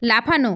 লাফানো